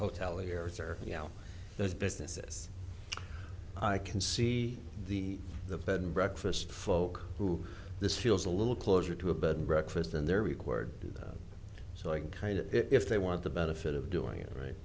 hotel heiress or you know those businesses i can see the the bed and breakfast folk who this feels a little closer to a bed and breakfast in their record so i can kind of if they want the benefit of doing it right